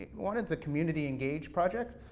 wanted is a community engage project,